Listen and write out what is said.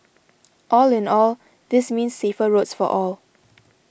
all in all this means safer roads for all